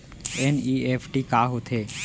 NEFT का होथे?